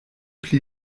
pli